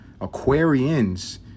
Aquarians